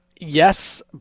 yes